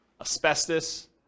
asbestos